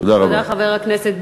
תודה רבה.